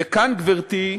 וכאן, גברתי,